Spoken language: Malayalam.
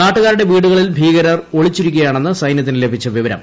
നാട്ടുകാരുടെ വീടുകളിൽ ഭീകരർ ഒളിച്ചിരിക്കുകയാണെന്ന് സൈന്യത്തിന് ലഭിച്ച വിവരം